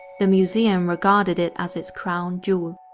the museum regarded it as its crown jewel,